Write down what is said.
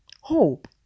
Hope